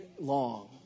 long